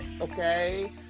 okay